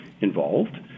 involved